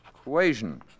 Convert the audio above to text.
equation